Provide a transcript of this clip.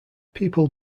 people